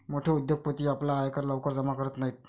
मोठे उद्योगपती आपला आयकर लवकर जमा करत नाहीत